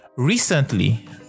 Recently